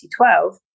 2012